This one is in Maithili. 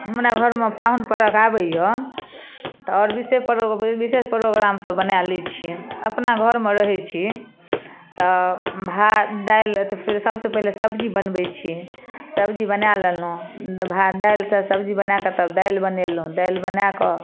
हमरा घरमे पाहुन परख आबैय तऽ आओर विशेष प्रो विशेष प्रोग्राम सब बना लै छियै अपना घरमे रहै छी तऽ भात दालि फेर सबसँ पहिले सब्जी बनबै छियै सब्जी बना लेलहुँ भात दालि सब्जी बनाकऽ तब दालि बनेलहुँ दालि बनाकऽ